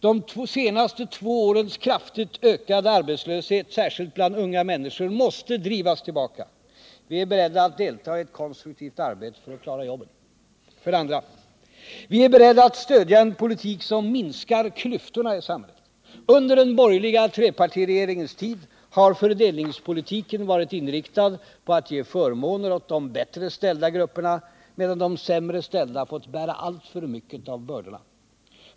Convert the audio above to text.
De senaste två årens kraftigt ökade arbetslöshet, särskilt bland unga människor, måste drivas tillbaka. Vi är beredda att delta i ett konstruktivt arbete för att klara jobben. —- För det andra: Att minska klyftorna i samhället. Under den borgerliga trepartiregeringens tid har fördelningspolitiken varit inriktad på att ge förmåner åt de bättre ställda grupperna medan de sämre ställda fått bära alltför mycket av bördorna.